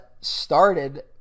started